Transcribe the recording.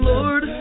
Lord